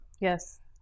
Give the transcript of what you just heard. Yes